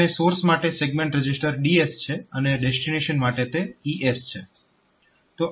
અને સોર્સ માટે segment register DS છે અને ડેસ્ટીનેશન માટે તે ES છે